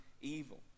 evil